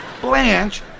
Blanche